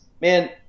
man